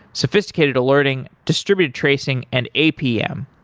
sophisticated alerting, distributed tracing and apm.